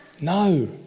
No